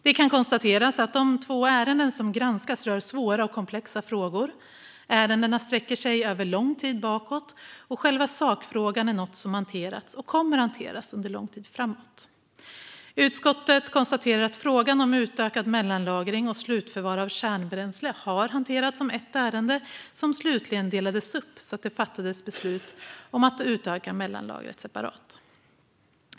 Det kan konstateras att de två ärenden som granskats rör svåra och komplexa frågor. Ärendena sträcker sig över lång tid bakåt, och själva sakfrågan är något som har hanterats och kommer att hanteras under lång tid framåt. Utskottet konstaterar att frågan om utökad mellanlagring och slutförvar av kärnbränsle har hanterats som ett ärende, som slutligen delades upp så att det fattades beslut om att utöka mellanlagret separat.